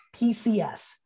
PCS